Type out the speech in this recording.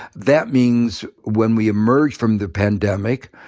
that means when we emerge from the pandemic,